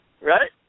Right